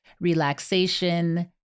relaxation